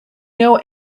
know